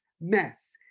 Mess